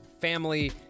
family